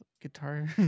guitar